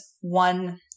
one